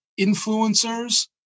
influencers